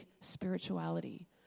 spirituality